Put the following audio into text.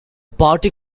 party